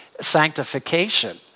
sanctification